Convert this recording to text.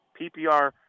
PPR